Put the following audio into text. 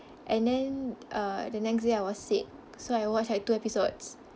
and then err the next day I was sick so I watch like two episodes